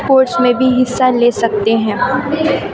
sports میں بھی حصہ لے سکتے ہیں